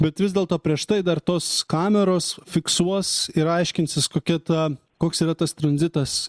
bet vis dėlto prieš tai dar tos kameros fiksuos ir aiškinsis kokia ta koks yra tas tranzitas